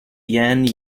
yan